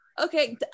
Okay